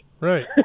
Right